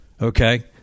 Okay